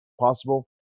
possible